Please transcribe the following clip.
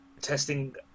testing